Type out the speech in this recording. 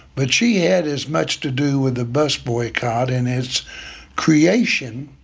but she had as much to do with the bus boycott, and its creation,